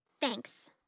Thanks